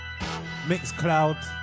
Mixcloud